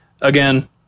again